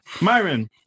Myron